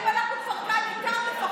אם אנחנו כבר כאן איתם,